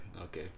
okay